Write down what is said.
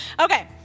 Okay